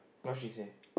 what she say